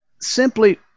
simply